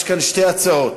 יש כאן שתי הצעות: